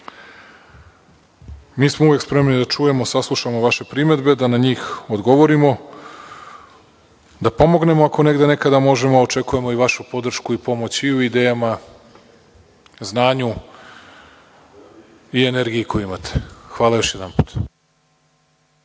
Mi smo uvek spremni da čujemo, saslušamo vaše primedbe, da na njih odgovorimo, da pomognemo ako negde nekada možemo, a očekujemo i vašu podršku i pomoć i u idejama, znanju i energiji koju imate. Hvala još jedanput.